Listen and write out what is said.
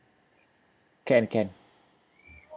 can can